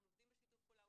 אנחנו עובדים בשיתוף פעולה.